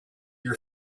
your